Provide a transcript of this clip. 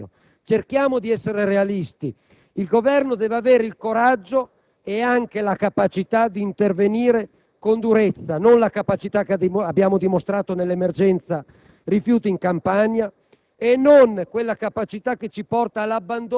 queste conclusioni mancano, caro Sottosegretario. Cerchiamo di essere realisti: il Governo deve avere il coraggio e anche la capacità di intervenire con durezza, e non certo la capacità che abbiamo dimostrato nell'emergenza rifiuti in Campania